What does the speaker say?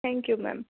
thank you ma'am